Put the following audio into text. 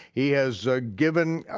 he has given,